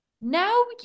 now